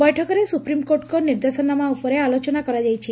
ବେଠକରେ ସୁପ୍ରିମ୍କୋର୍ଟଙ୍ଙ ନିର୍ଦ୍ଦେଶନାମା ଉପରେ ଆଲୋଚନା କରାଯାଇଛି